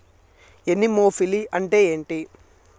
Anemophily అంటే ఏంటి?